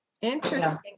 interesting